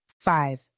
Five